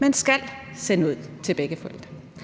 men »skal« sendes ud til begge forældre.